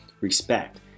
respect